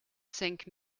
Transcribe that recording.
cinq